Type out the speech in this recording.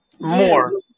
more